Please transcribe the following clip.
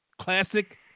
classic